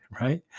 right